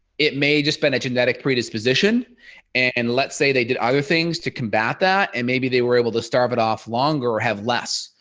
it may just be a genetic predisposition and let's say they did other things to combat that and maybe they were able to starve it off longer or have less.